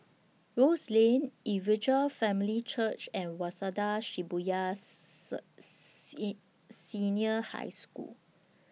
Rose Lane Evangel Family Church and Waseda Shibuya Sir Senior High School